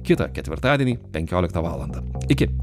kitą ketvirtadienį penkioliktą valandą iki